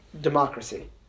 democracy